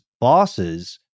bosses